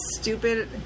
stupid